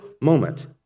moment